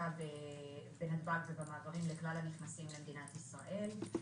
בדיקה בנתב"ג ובמעברים לכלל הנכנסים למדינת ישראל.